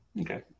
Okay